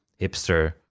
hipster